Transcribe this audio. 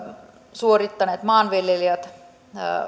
suorittaneet maanviljelijät